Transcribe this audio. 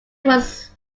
was